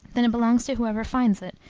then it belongs to whoever finds it,